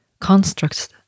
Constructs